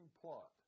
plot